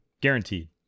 guaranteed